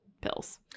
pills